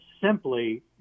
simply